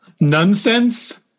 Nonsense